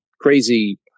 crazy